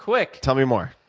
quick. tell me more.